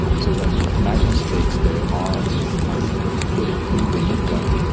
so when magnus takes the arm and puts it in the implant,